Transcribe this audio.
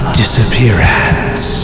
disappearance